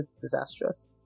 disastrous